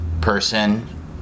person